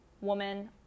woman